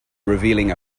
revealing